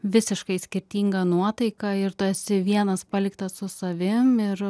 visiškai skirtinga nuotaika ir tu esi vienas paliktas su savim ir